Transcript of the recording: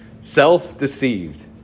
self-deceived